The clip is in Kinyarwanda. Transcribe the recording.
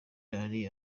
yari